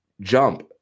jump